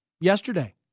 yesterday